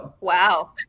Wow